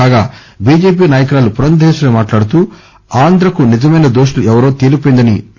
కాగా బిజెపి నాయకురాలు పురందేశ్వరి మాట్లాడుతూ ఆంధ్ర కు నిజమైన దోషులు ఎవరో తలిపోయిందని అన్నారు